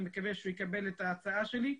אני מקווה שהוא יקבל את ההצעה שלי,